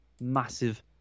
massive